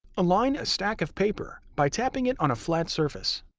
align a stack of paper by tapping it on a flat surface.